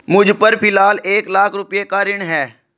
मुझपर फ़िलहाल एक लाख रुपये का ऋण है